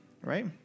right